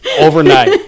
overnight